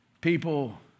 People